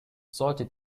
sollte